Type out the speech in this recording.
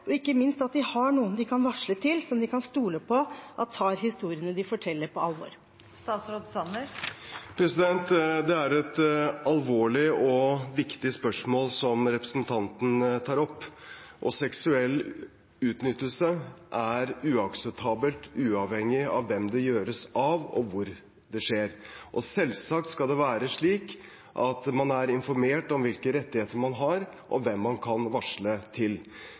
og ikke minst at de har noen de kan varsle til som de kan stole på at tar historiene de forteller, på alvor? Det er et alvorlig og viktig spørsmål representanten tar opp. Seksuell utnyttelse er uakseptabelt uavhengig av hvem det gjøres av, og hvor det skjer. Selvsagt skal det være slik at man er informert om hvilke rettigheter man har, og hvem man kan varsle til.